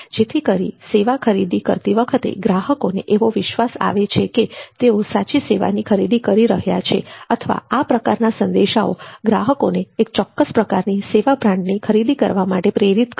જેથી સેવા ખરીદી કરતી વખતે ગ્રાહકોને એવો વિશ્વાસ આવે છે કે તેઓ સાચી સેવાની ખરીદી કરી રહ્યા છે અથવા આ પ્રકારના સંદેશાઓ ગ્રાહકોને એક ચોક્કસ પ્રકારની સેવા બ્રાન્ડની ખરીદી કરવા માટે પ્રેરિત કરે